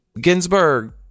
Ginsburg